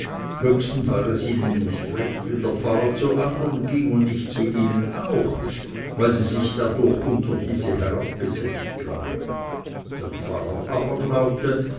höchstens war es ihnen nicht recht wenn der pfarrer zu andern ging und nicht zu ihnen auch weil sie sich dadurch unter diese herabgesetzt glaubten der pfarrer aber glaubte